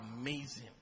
amazing